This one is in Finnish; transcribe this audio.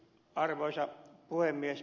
arvoisa puhemies